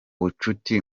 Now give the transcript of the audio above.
bucuti